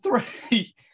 three